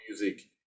music